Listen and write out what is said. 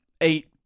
eight